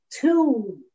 two